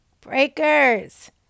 Breakers